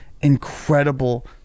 incredible